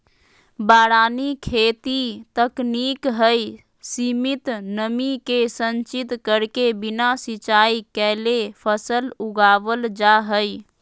वारानी खेती तकनीक हई, सीमित नमी के संचित करके बिना सिंचाई कैले फसल उगावल जा हई